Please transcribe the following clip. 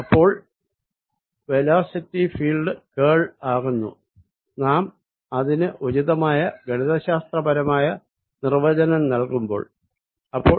അപ്പോൾ velocity field curl ആകുന്നു നാം അതിന് ഉചിതമായ ഗണിത ശാസ്ത്ര പരമായ നിർവചനം നൽകുമ്പോൾ